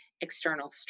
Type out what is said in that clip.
external